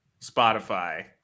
Spotify